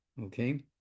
okay